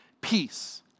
peace